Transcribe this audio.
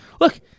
Look